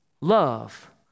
love